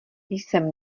jsem